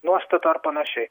nuostata ar panašiai